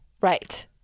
right